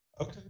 Okay